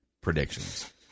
predictions